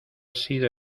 sido